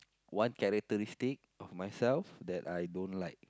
what characteristic of myself that I don't like